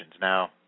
Now